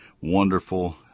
wonderful